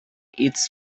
its